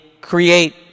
create